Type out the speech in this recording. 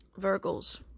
Virgos